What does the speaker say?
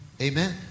amen